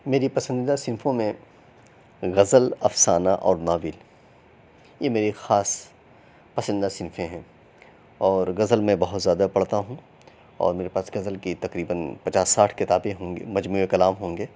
میری پسندیدہ صنفوں میں غزل افسانہ اور ناول یہ میری خاص پسندیدہ صنفیں ہیں اور غزل میں بہت زیادہ پڑھتا ہوں اور میرے پاس غزل کی تقریباً پچاس ساٹھ کتابیں ہوں گی مجموعہ کلام ہوں گے